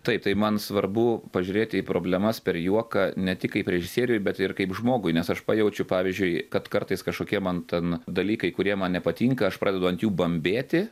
taip tai man svarbu pažiūrėti į problemas per juoką ne tik kaip režisieriui bet ir kaip žmogui nes aš pajaučiu pavyzdžiui kad kartais kažkokie man ten dalykai kurie man nepatinka aš pradedu ant jų bambėti